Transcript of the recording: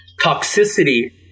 toxicity